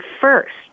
first